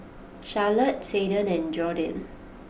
Charolette Seldon and Jordyn